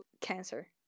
cancer